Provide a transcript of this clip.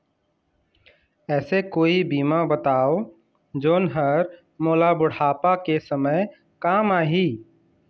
ऐसे कोई बीमा बताव जोन हर मोला बुढ़ापा के समय काम आही?